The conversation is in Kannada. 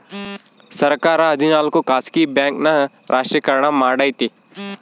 ಸರ್ಕಾರ ಹದಿನಾಲ್ಕು ಖಾಸಗಿ ಬ್ಯಾಂಕ್ ನ ರಾಷ್ಟ್ರೀಕರಣ ಮಾಡೈತಿ